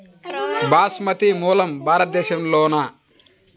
బాస్మతి మూలం భారతదేశంలోనా?